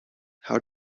how